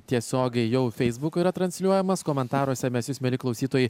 tiesiogiai jau feisbuku yra transliuojamas komentaruose mes jus mieli klausytojai